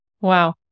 Wow